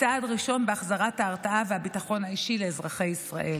צעד ראשון בהחזרת ההרתעה והביטחון האישי לאזרחי ישראל.